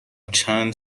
چند